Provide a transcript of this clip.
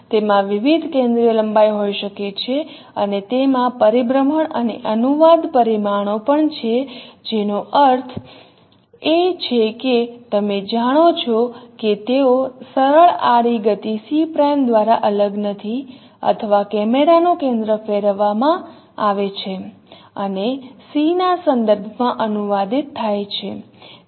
તેમાં વિવિધ કેન્દ્રીય લંબાઈ હોઈ શકે છે અને તેમાં પરિભ્રમણ અને અનુવાદ પરિમાણો પણ છે જેનો અર્થ છે કે તમે જાણો છો કે તેઓ સરળ આડી ગતિ C' દ્વારા અલગ નથી અથવા કેમેરાનું કેન્દ્ર ફેરવવામાં આવે છે અને C ના સંદર્ભમાં અનુવાદિત થાય છે